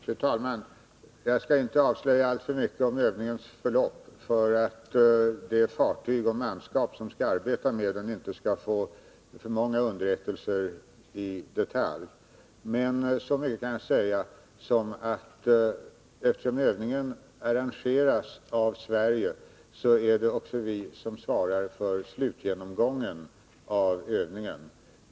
Fru talman! Jag skall inte avslöja alltför mycket om övningens förlopp för att inte de fartyg och det manskap som skall delta i den skall få för många underrättelser i detalj, men så mycket kan jag säga att det, eftersom övningen arrangeras av Sverige, är vi som svarar för slutgenomgången av övningen.